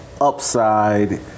upside